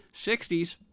60s